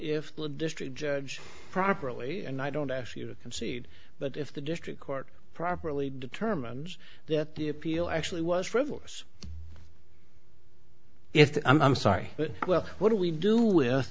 if the district judge properly and i don't actually concede but if the district court properly determines that the appeal actually was frivolous if i'm sorry but well what do we do